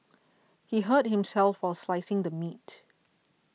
he hurt himself while slicing the meat